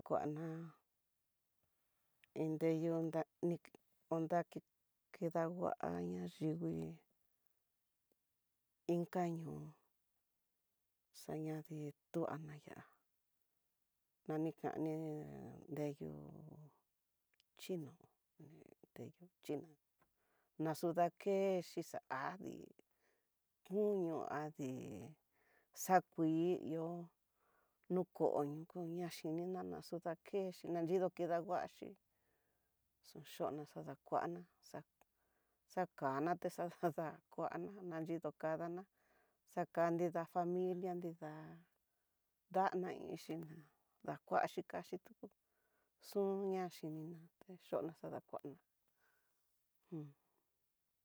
Kuana indeyu danni undaki, kidanguaña yingui inka ñoo xaña ni tuanaya, nani kani nreyo chino ne te china naxdakexhi adii, koño adii xakui ihó nu koño koñaxhi nana xudakexhi, nanyido kenguaxhi xunchona xadakuana, xa xakana texadakuana nayidokadana xaka nida familia nida ndana inxhinaakuaxhi kaxi tuku xhun ñaxhi ninate xona xadakuana un.